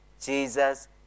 Jesus